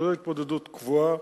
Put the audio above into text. זוהי התמודדות קבועה,